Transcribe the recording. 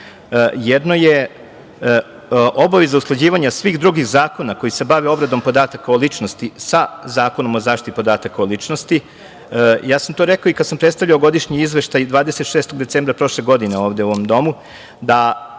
Jedno je obaveza usklađivanja svih drugih zakona koji se bave obradom podataka o ličnosti sa Zakonom o zaštiti podataka o ličnosti. Ja sam to rekao i kada sam predstavljao godišnji izveštaj 26. decembra prošle godine ovde u ovom domu,